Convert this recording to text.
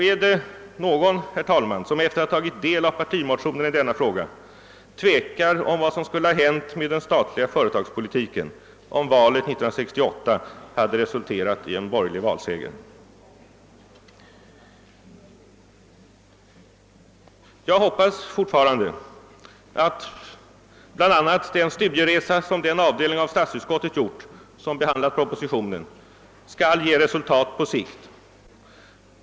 Är det någon, herr talman, som efter att ha tagit del av partimotionerna i denna fråga tvekar om vad som skulle ha hänt med den statliga företagspolitiken, om valet 1968 hade resulterat i en borgerlig valseger? Jag hoppas fortfarande att bl.a. den studieresa som den avdelning av statsutskottet gjort, som behandlat propositionen, skall ge resultat på sikt.